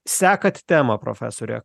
sekat temą profesore